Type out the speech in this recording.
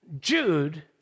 Jude